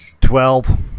Twelve